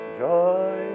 joy